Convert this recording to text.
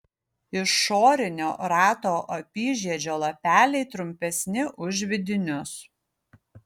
išorinio rato apyžiedžio lapeliai trumpesni už vidinius